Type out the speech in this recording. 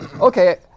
okay